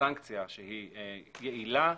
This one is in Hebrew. סנקציה יעילה,